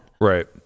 right